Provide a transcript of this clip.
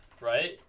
right